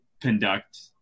conduct